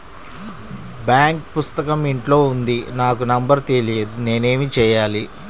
Bank పుస్తకం ఇంట్లో ఉంది నాకు నంబర్ తెలియదు నేను ఏమి చెయ్యాలి?